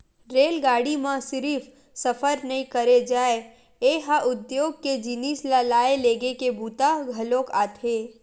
रेलगाड़ी म सिरिफ सफर नइ करे जाए ए ह उद्योग के जिनिस ल लाए लेगे के बूता घलोक आथे